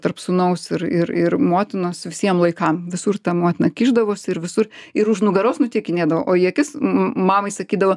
tarp sūnaus ir ir ir motinos visiem laikam visur ta motina kišdavosi ir visur ir už nugaros nuteikinėdavo o į akis m mamai sakydavo